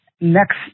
next